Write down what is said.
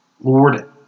Lord